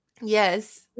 yes